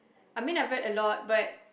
I mean I read a lot but